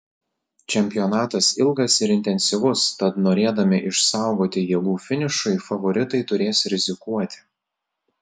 čempionatas ilgas ir intensyvus tad norėdami išsaugoti jėgų finišui favoritai turės rizikuoti